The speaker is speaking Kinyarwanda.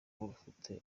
rufite